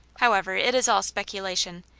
how ever, it is all speculation.